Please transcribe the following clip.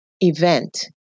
event